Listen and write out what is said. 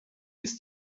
ist